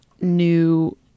new